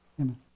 amen